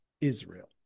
Israel